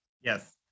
Yes